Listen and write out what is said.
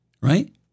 right